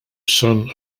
son